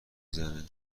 زنه